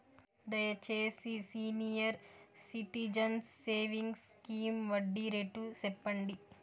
దయచేసి senior citizens savings scheme వడ్డీ rate సెప్పండి